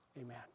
Amen